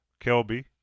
Kelby